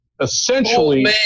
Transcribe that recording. essentially